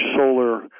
solar